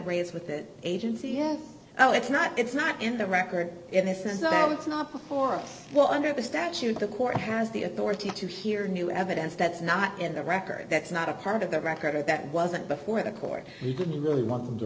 raise with that agency oh it's not it's not in the record and this is now it's not before well under the statute the court has the authority to hear new evidence that's not in the record that's not a part of the record that wasn't before the court he didn't really want t